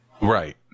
Right